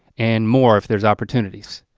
and more if there's opportunities,